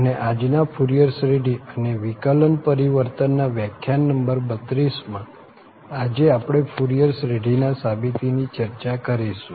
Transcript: અને આજ ના ફુરિયર શ્રેઢી અને વિકલન પરિવર્તનના વ્યાખ્યાન નંબર 32 માં આજે આપણે ફુરિયર શ્રેઢીની સાબિતી ની ચર્ચા કરીશું